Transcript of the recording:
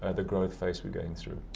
and the growth phase we're going through.